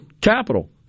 capital